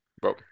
bro